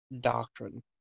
doctrine